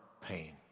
pain